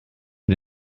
für